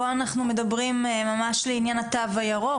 פה אנחנו מדברים ממש לעניין התו הירוק,